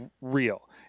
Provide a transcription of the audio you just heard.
real